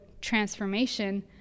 transformation